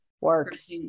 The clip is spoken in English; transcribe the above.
works